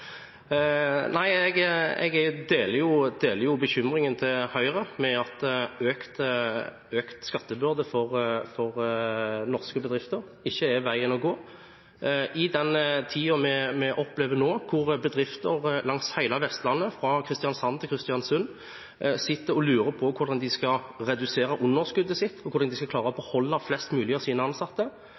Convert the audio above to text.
Nei, jeg deler jo bekymringen til Høyre for at økt skattebyrde for norske bedrifter ikke er veien å gå. I den tiden vi opplever nå, hvor bedrifter langs hele Vestlandet fra Kristiansand til Kristiansund sitter og lurer på hvordan de skal redusere underskuddet sitt, og hvordan de skal klare å beholde flest mulig av sine ansatte,